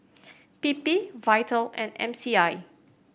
P P Vital and M C I